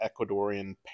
Ecuadorian